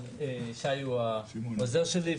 שי הוא העוזר שלי,